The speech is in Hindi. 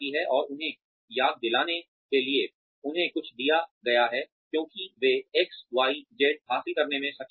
और उन्हें याद दिलाने के लिए उन्हें कुछ दिया गया है क्योंकि वे XYZ हासिल करने में सक्षम थे